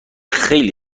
خیلی